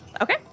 Okay